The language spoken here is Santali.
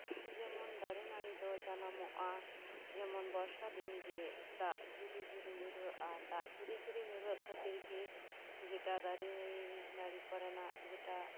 ᱡᱮᱢᱚᱱ ᱫᱟᱨᱮ ᱱᱟᱹᱲᱤᱫᱚ ᱡᱟᱱᱟᱢᱚᱜᱼᱟ ᱡᱮᱢᱚᱱ ᱵᱚᱨᱥᱟ ᱫᱤᱱᱜᱤ ᱫᱟᱜ ᱡᱷᱤᱨᱤ ᱡᱷᱤᱨᱤ ᱧᱩᱨᱦᱟᱹᱜᱼᱟ ᱫᱟᱜ ᱡᱷᱤᱨᱤ ᱡᱷᱤᱨᱤ ᱧᱩᱨᱦᱟᱹᱜ ᱠᱷᱟᱹᱛᱤᱨᱜᱤ ᱡᱮᱴᱟ ᱫᱟᱨᱤ ᱱᱟᱹᱬᱤ ᱠᱚᱨᱮᱱᱟᱜ ᱡᱮᱴᱟ